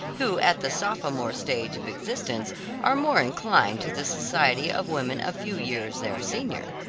who at the sophomore stage of existence are more inclined to the society of women a few years their senior.